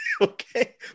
Okay